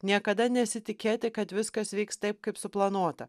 niekada nesitikėti kad viskas vyks taip kaip suplanuota